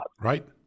right